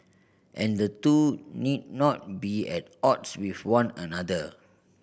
and the two need not be at odds with one another